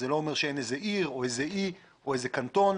זה לא אומר שאין איזו עיר או איזה אי או איזה קנטון,